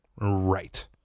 Right